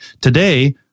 today